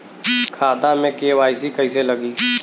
खाता में के.वाइ.सी कइसे लगी?